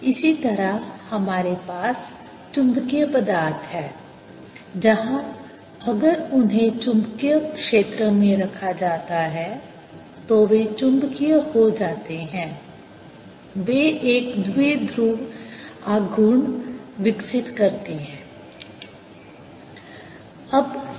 इसी तरह हमारे पास चुंबकीय पदार्थ है जहां अगर उन्हें चुंबकीय क्षेत्र में रखा जाता है तो वे चुंबकीय हो जाते हैं वे एक द्विध्रुव आघूर्ण विकसित करते हैं